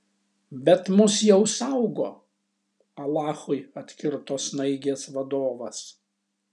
bet mus jau saugo alachui atkirto snaigės vadovas